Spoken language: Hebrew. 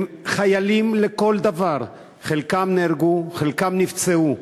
הם חיילים לכל דבר, חלקם נהרגו, חלקם נפצעו.